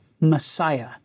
Messiah